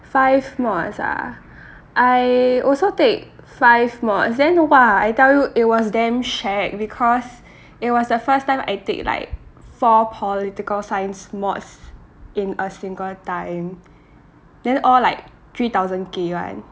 five mods ah I also take five mods then !wah! I tell you it was damn shag because it was the first time I take like four political science mods in a single time then all like three thousand K [one]